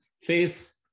face